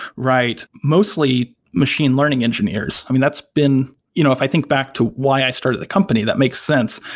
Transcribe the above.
right. mostly, machine learning engineers. i mean that's been you know if i think back to why i started the company, that makes sense.